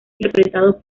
interpretado